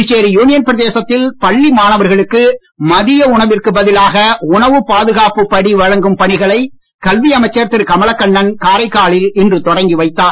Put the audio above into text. Puducherry union பிரதேசத்தில் பள்ளி மாணவர்களுக்கு மதிய உணவிற்கு பதிலாக உணவுப் பாதுகாப்பு படி வழங்கும் பணிகளை கல்வி அமைச்சர் திரு கமலக்கண்ணன் காரைக்காலில் இன்று தொடங்கி வைத்தார்